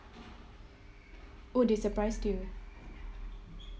oh they surprised you